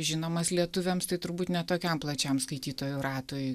žinomas lietuviams tai turbūt ne tokiam plačiam skaitytojų ratui